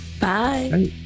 Bye